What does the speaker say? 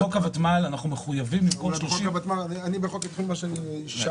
בחוק הוותמ"ל אנחנו מחויבים ל-30 --- בחוק אני שאלתי,